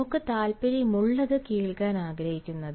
നമുക്ക് താൽപ്പര്യമുള്ളത് കേൾക്കാൻ ആഗ്രഹിക്കുന്നത്